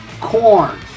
Corn